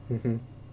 mmhmm